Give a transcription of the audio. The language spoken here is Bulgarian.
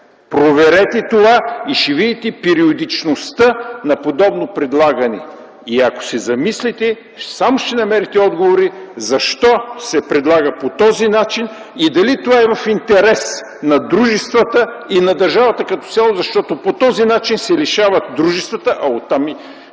Проверете това и ще видите периодичността на подобно предлагане. Ако се замислите, сам ще намерите отговор защо се предлага по този начин и дали това е в интерес на дружествата и на държавата като цяло, защото по този начин се лишават дружествата, а оттам